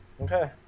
Okay